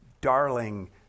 darling